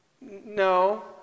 No